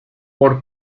por